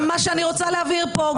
מה שאני רוצה להבהיר פה,